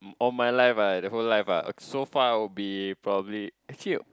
all my life ah the whole life ah so far would be probably actually